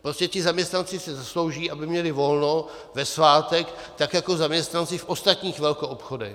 Prostě ti zaměstnanci si zaslouží, aby měli volno ve svátek tak, jako zaměstnanci v ostatních velkoobchodech.